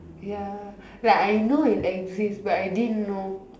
ya like I know it exists but I didn't know